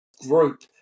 group